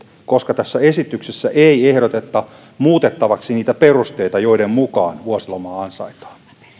koska tässä esityksessä ei ehdoteta muutettavaksi niitä perusteita joiden mukaan vuosilomaa ansaitaan